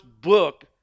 book